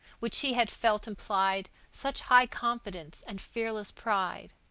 which he had felt implied such high confidence and fearless pride.